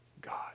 God